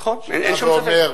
נכון, אין שום ספק.